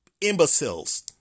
imbeciles